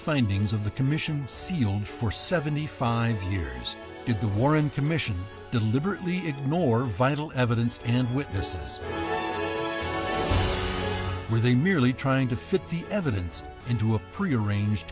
findings of the commission sealed for seventy five years if the warren commission deliberately ignore vital evidence and witnesses were they merely trying to fit the evidence into a prearrange